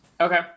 Okay